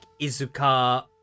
Izuka